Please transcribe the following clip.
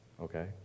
okay